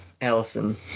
Allison